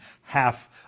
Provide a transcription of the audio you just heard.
half